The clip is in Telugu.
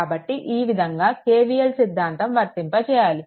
కాబట్టి ఈ విధంగా KVL సిద్ధాంతం వర్తింపజేయాలి